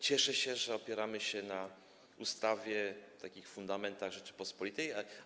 Cieszę się, że opieramy się na ustawie, na takich fundamentach Rzeczypospolitej.